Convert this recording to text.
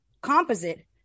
composite